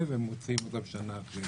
ומוציאים שנה שנה אחרי.